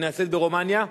נעשית ברומניה.